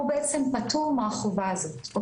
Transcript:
הוא בעצם פטור מהחובה הזאת.